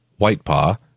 Whitepaw